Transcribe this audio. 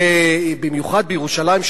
במיוחד בירושלים,